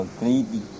greedy